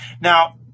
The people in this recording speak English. Now